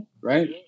right